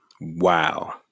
Wow